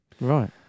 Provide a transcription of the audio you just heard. Right